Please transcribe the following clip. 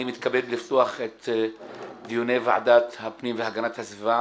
אני מתכבד לפתוח את דיוני ועדת הפנים והגנת הסביבה